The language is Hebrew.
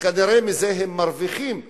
וכנראה הם מרוויחים מזה,